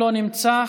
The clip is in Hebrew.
לא נמצא,